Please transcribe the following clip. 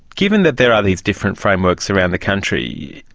given that there are these different frameworks around the country,